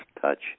touch